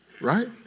right